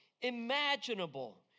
imaginable